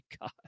God